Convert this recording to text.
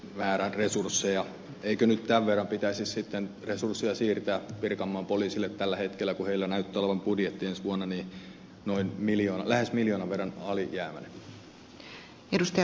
eikö nyt tämän verran pitäisi sitten resursseja siirtää pirkanmaan poliisille tällä hetkellä kun heillä näyttää olevan budjetti ensi vuonna lähes miljoonan verran alijäämäinen